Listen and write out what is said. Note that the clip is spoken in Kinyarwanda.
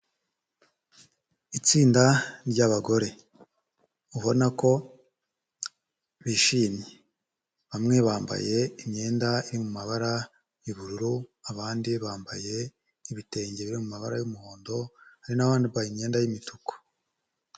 Itsinda ry'abagore ubona ko bishimye, bamwe bambaye imyenda iri mu mabara y'ubururu, abandi bambaye ibitenge biri mu mabara y'umuhondo, hari n'abambaye imyenda y'umutuku.